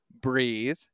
breathe